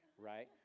right